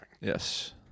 yes